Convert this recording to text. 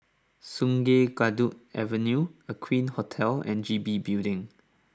Sungei Kadut Avenue Aqueen Hotel and G B Building